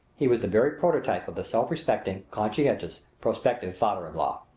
he was the very prototype of the self-respecting, conscientious, prospective father in-law.